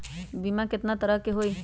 बीमा केतना तरह के होइ?